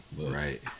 right